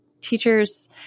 Teachers